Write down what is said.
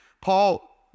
Paul